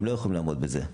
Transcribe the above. הם לא יכולים לעמוד בזה.